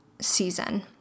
season